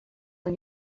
and